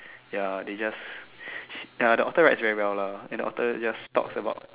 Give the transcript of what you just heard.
ya they just ya the author writes very well lah and the author just talks about